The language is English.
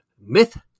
Myth